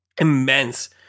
immense